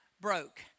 broke